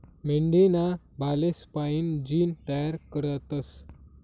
मेंढीना बालेस्पाईन जीन तयार करतस